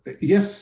Yes